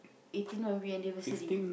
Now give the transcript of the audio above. eighteen birthday anniversary